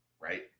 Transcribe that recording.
Right